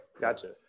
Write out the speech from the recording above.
Gotcha